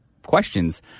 questions